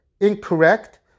incorrect